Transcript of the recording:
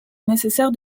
nécessaire